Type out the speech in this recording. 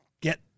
get